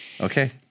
Okay